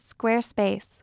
Squarespace